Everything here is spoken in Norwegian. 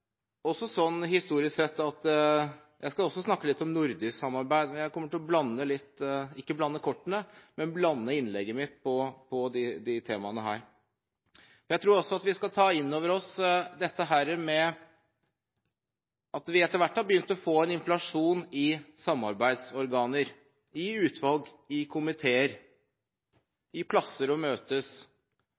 Jeg skal også snakke litt om nordisk samarbeid, men jeg kommer til å blande litt – ikke blande kortene, men blande innlegget mitt når det gjelder disse temaene. Jeg tror også vi skal ta inn over oss dette med at vi etter hvert har begynt å få en inflasjon i samarbeidsorganer – utvalg, komiteer, plasser å møtes